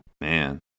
Man